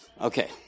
Okay